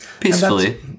Peacefully